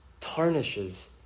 tarnishes